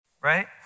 Right